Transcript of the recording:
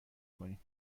کنیم